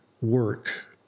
work